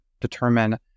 determine